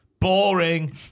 Boring